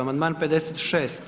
Amandman 56.